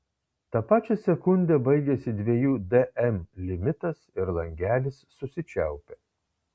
tą pačią sekundę baigiasi dviejų dm limitas ir langelis susičiaupia